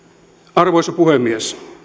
arvoisa puhemies